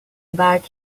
back